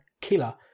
killer